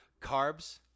carbs